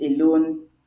alone